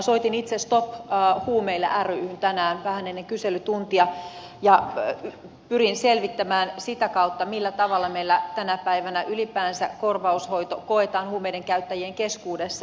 soitin itse stop huumeille ryhyn tänään vähän ennen kyselytuntia ja pyrin selvittämään sitä kautta millä tavalla meillä tänä päivänä ylipäänsä korvaushoito koetaan huumeidenkäyttäjien keskuudessa